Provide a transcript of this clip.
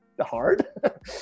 hard